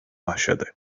başladı